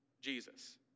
Jesus